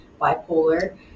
bipolar